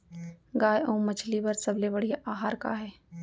गाय अऊ मछली बर सबले बढ़िया आहार का हे?